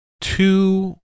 two